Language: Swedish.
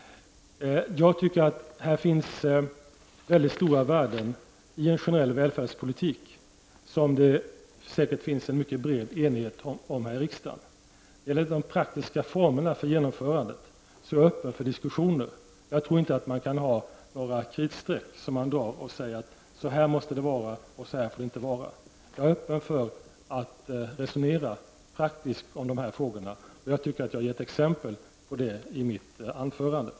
Det finns mycket stora värden i en generell välfärdspolitik och om en sådan finns det säkert bred enighet här i riksdagen. När det gäller de praktiska formerna för genomförandet är jag öppen för diskussioner. Jag tror inte att man kan dra några kritstreck och säga: Så här måste det vara och så här får det inte vara. Jag är alltså öppen för att resonera praktiskt om de här frågorna, och jag tycker att jag har gett exempel på det i mitt anförande.